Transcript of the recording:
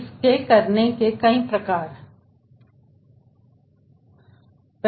इसको करने के कई प्रकार हैं